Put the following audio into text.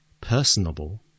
personable